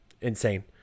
insane